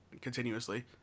continuously